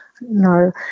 no